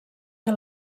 que